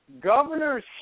governors